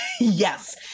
Yes